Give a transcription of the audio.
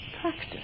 practice